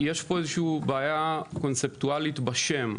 יש פה בעיה קונספטואלית בשם.